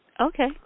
Okay